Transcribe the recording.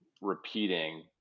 repeating